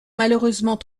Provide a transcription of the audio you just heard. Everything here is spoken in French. malheureusement